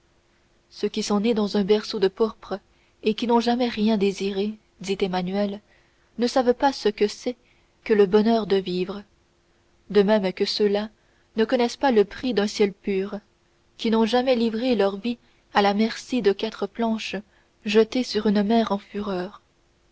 ceux qui sont nés dans un berceau de pourpre et qui n'ont jamais rien désiré dit emmanuel ne savent pas ce que c'est que le bonheur de vivre de même que ceux-là ne connaissent pas le prix d'un ciel pur qui n'ont jamais livré leur vie à la merci de quatre planches jetées sur une mer en fureur